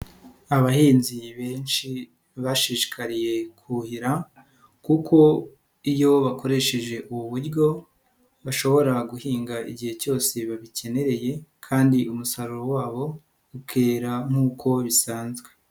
Abahinzi benshi bashishikariye kuhira kuko iyo bakoresheje ubu buryo, bashobora guhinga igihe cyose babikenereye kandi umusaruro wabo ukera nk'uko bisanzwe.